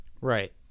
right